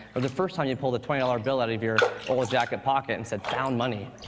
or the first time you pulled a twenty dollar bill out of your old jacket pocket and said, found money.